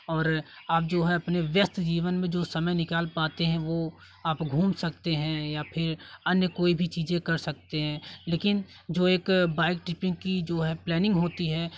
और आप जो है अपने व्यस्त जीवन में जो समय निकाल पाते हैं वो आप आप घूम सकते हैं या फिर अन्य कोई भी चीज़ें कर सकते हैं लेकिन जो है एक बाइक ट्रिपिंग की जो है प्लानिंग होती है